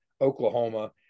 Oklahoma